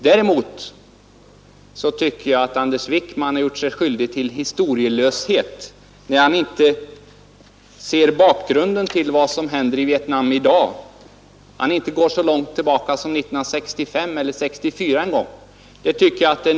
Däremot anser jag att Anders Wijkman har bortsett från det historiska sammanhanget när han inte ser bakgrunden till vad som händer i Vietnam i dag, när han inte går tillbaka ens så långt som till 1964 eller 1965.